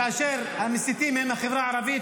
כאשר המסיתים הם מהחברה הערבית,